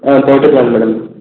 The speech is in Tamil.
ம் போட்டுக்கலாம் மேடம்